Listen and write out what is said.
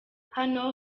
hano